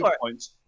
points